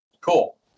Cool